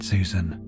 Susan